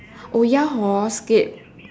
oh ya hor Scape